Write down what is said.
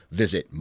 visit